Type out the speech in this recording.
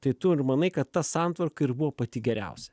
tai tu ir manai kad ta santvarka ir buvo pati geriausia